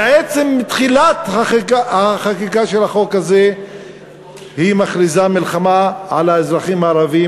בעצם תחילת החקיקה של החוק הזה היא מכריזה מלחמה על האזרחים הערבים,